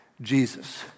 Jesus